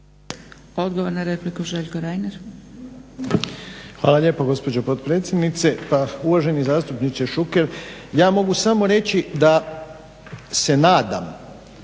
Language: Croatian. Odgovor na repliku, Željko Reiner.